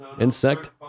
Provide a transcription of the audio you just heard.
insect